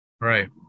Right